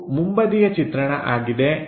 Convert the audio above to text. ಇದು ಮುಂಬದಿಯ ಚಿತ್ರಣ ಆಗಿದೆ